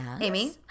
Amy